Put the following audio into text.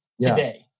today